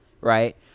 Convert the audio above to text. Right